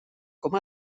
com